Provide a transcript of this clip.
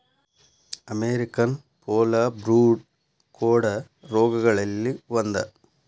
American foulbrood ಕೋಡ ರೋಗಗಳಲ್ಲಿ ಒಂದ